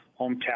hometown